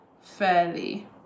fairly